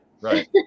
Right